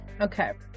Okay